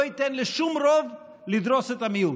אני לא אתן לשום רוב לדרוס את המיעוט.